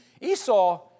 Esau